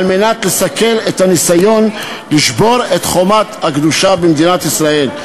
על מנת לסכל את הניסיון לשבור את חומת הקדושה במדינת ישראל.